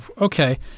okay